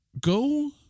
Go